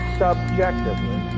subjectively